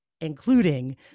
including